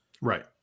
Right